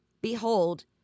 Behold